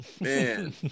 man